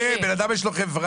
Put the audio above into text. בן אדם יש לו חברה,